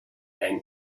ein